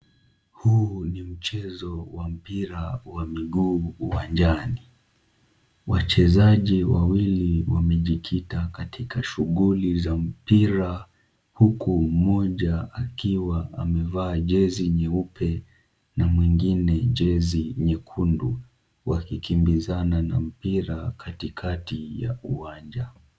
Huu ni mchezo wa mpira wa miguu uwanjani, wachezaji wawili wamejikita katika shughuli za mpira huku mmoja akiwa amevaa jezi nyeupe na mwingine jezi nyekundu, wakikimbizana na mpira katikati ya uwanja.